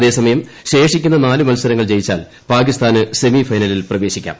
അതേസമയം ശേഷിക്കുന്ന നാല് മത്സരങ്ങൾ ജയിച്ചാൽ പാക്കിസ്ഥാന് സെമി ഫൈനലിൽ പ്രവേശിക്കാം